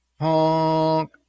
honk